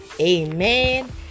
amen